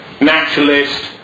naturalist